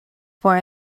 for